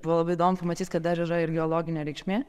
buvo labai įdomu pamatyt kad dar yra ir geologinė reikšmė